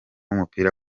w’umupira